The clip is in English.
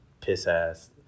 piss-ass